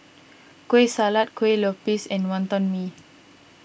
Kueh Salat Kuih Lopes and Wonton Mee